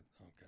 Okay